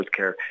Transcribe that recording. healthcare